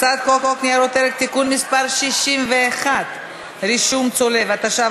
חברת הכנסת נורית קורן, חבר הכנסת